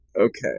Okay